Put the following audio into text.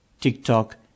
TikTok